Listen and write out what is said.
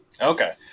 Okay